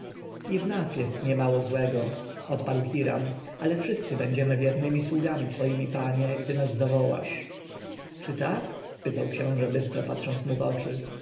i w nas jest niemało złego odparł hiram ale wszyscy będziemy wiernymi sługami twoimi panie gdy nas zawołasz czy tak spytał książę bystro patrząc mu w oczy